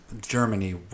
Germany